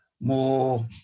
more